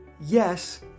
Yes